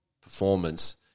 performance